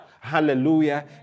Hallelujah